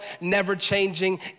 never-changing